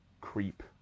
creep